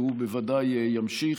והוא בוודאי ימשיך.